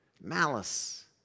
malice